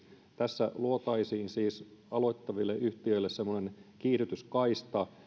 tässä luotaisiin siis aloittaville yhtiöille semmoinen kiihdytyskaista